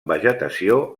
vegetació